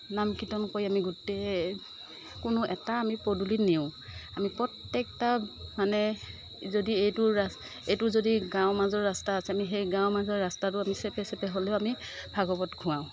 নাম কীৰ্তন কৰি আমি গোটেই কোনো এটা আমি পদূলি নেৰো আমি প্ৰত্যেকটা মানে যদি এইটো এইটো যদি গাঁৱৰ মাজৰ ৰাস্তা আছে আমি সেই গাঁৱৰ মাজৰ ৰাস্তাটো আমি চেপে চেপে হ'লেও আমি ভাগৱত ঘূৰাওঁ